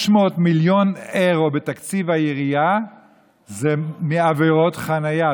600 מיליון אירו בתקציב העירייה זה מעבירות חניה,